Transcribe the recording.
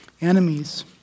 enemies